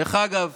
דרך אגב,